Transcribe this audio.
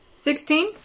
Sixteen